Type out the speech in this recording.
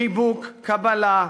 חיבוק, קבלה,